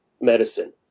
medicine